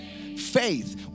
faith